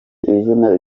izina